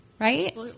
right